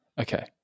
Okay